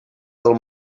del